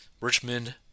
Richmond